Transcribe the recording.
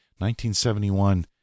1971